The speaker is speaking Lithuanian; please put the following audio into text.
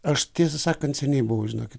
aš tiesą sakant seniai buvau žinokit